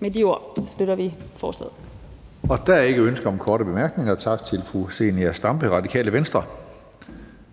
(Karsten Hønge): Der er ikke ønske om korte bemærkninger. Tak til fru Zenia Stampe, Radikale Venstre.